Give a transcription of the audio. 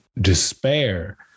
despair